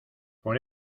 por